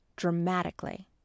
Dramatically